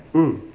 mm